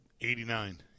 Eighty-nine